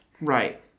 Right